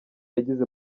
yagize